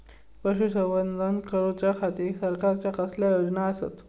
पशुसंवर्धन करूच्या खाती सरकारच्या कसल्या योजना आसत?